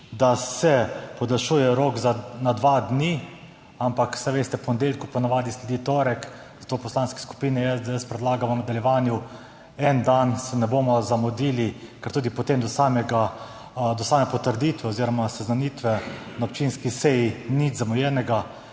da se podaljšuje rok na dva dni. Ampak saj veste, ponedeljku po navadi sledi torek, zato v Poslanski skupini SDS predlagamo v nadaljevanju, en dan se ne bomo zamudili, ker tudi potem do same potrditve oziroma seznanitve na občinski seji ni nič zamujenega,